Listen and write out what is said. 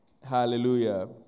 Hallelujah